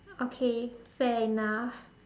okay fair enough